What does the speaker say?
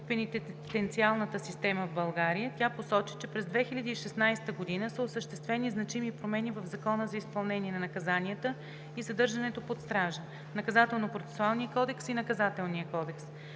на пенитенциарната система в България. Тя посочи, че през 2016 г. са осъществени значими промени в Закона за изпълнение на наказанията и задържането под стража, Наказателно-процесуалния кодекс и Наказателния кодекс.